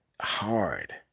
Hard